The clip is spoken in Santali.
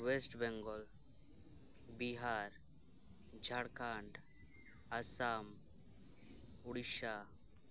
ᱚᱭᱮᱥᱴ ᱵᱮᱝᱜᱚᱞ ᱵᱤᱦᱟᱨ ᱡᱷᱟᱲᱠᱷᱚᱱᱰ ᱟᱥᱟᱢ ᱩᱲᱤᱥᱥᱟ